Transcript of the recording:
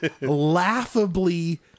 laughably